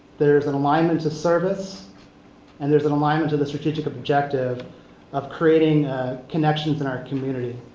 there's an alignment to service and there's an alignment to the strategic objective of creating connections in our community.